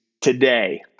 today